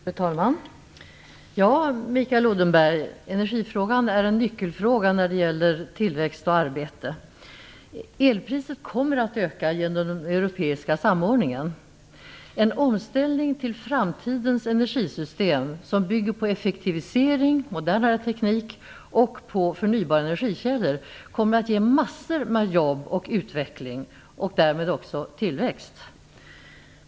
Fru talman! Ja, Mikael Odenberg, energifrågan är en nyckelfråga när det gäller tillväxt och arbete. Elpriset kommer att öka genom den europeiska samordningen. En omställning till framtidens energisystem som bygger på effektivisering, modernare teknik och förnybara energikällor kommer att ge massor av jobb och utveckling och därmed också tillväxt.